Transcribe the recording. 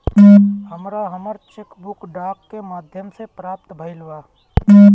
हमरा हमर cheque book डाक के माध्यम से प्राप्त भईल बा